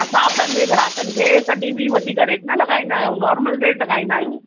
असां पंहिंजे ग्राहकनि खे कॾहिं बि वधीक रेट न लॻाईंदा आहियूं नॉर्मल रेट लॻाईंदा आहियूं